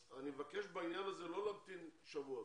אז אני מבקש בעניין הזה לא להמתין שבועות,